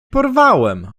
porwałem